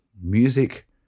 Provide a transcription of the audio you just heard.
music